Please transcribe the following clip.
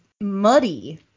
muddy